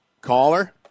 Caller